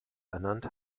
ernannt